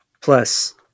plus